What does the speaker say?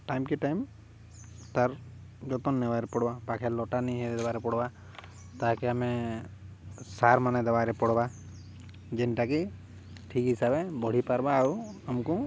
ଟାଇମ୍କେ ଟାଇମ୍ ତାର୍ ଯତ୍ନ ନେବାରେ ପଡ଼୍ବା ପାଖେ ଲଟା ନି ଦେବାର୍କେ ପଡ଼୍ବା ତାହାକେ ଆମେ ସାର୍ମାନେ ଦେବାରେ ପଡ଼୍ବା ଯେନ୍ଟାକି ଠିକ୍ ହିସାବେ ବଢ଼ି ପାର୍ବା ଆଉ ଆମ୍କୁ